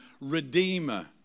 redeemer